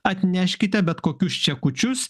atneškite bet kokių čekučius